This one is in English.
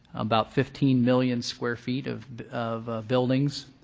about fifteen million square feet of of buildings.